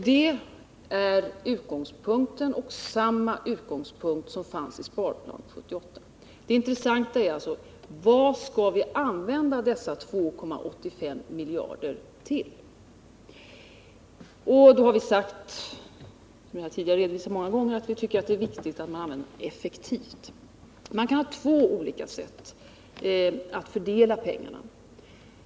Detta är utgångspunkten och därtill samma utgångspunkt som den som fanns i Sparplan 78. Det intressanta är alltså: Vad skall vi använda dessa 2,85 miljarder till? Då har vi sagt, vilket har framhållits många gånger tidigare, att det är viktigt att pengarna används effektivt. Man kan fördela pengarna på två olika sätt.